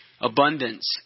abundance